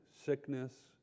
sickness